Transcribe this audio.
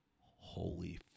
holy